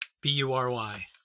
B-U-R-Y